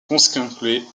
consequently